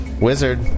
Wizard